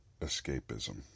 escapism